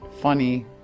funny